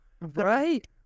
Right